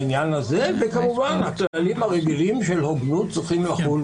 בעיני זה יכול להיות